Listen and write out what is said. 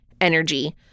energy